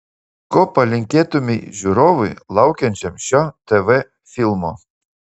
ko palinkėtumei žiūrovui laukiančiam šio tv filmo